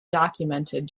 documented